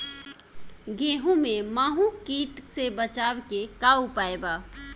गेहूँ में माहुं किट से बचाव के का उपाय बा?